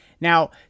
Now